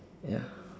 ya